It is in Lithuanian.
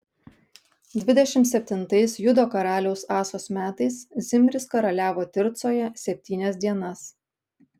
dvidešimt septintais judo karaliaus asos metais zimris karaliavo tircoje septynias dienas